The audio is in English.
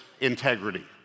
integrity